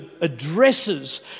addresses